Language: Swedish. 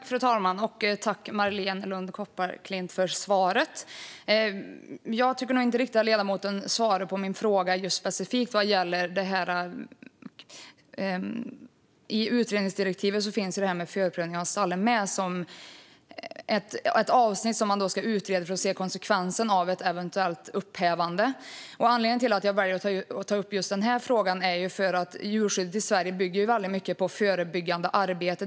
Fru talman! Tack, Marléne Lund Kopparklint, för svaret! Jag tycker dock inte att ledamoten riktigt svarar på min fråga vad gäller just förprövning. I utredningsdirektivet finns ett avsnitt om att utreda konsekvensen av ett eventuellt upphävande av förprövningen. Anledningen till att jag väljer att ta upp just den här frågan är att djurskyddet i Sverige bygger mycket på förebyggande arbete.